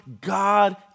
God